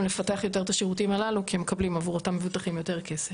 לפתח יותר את השירותים הללו כי הם מקבלים עבור אותם מבוטחים יותר כסף.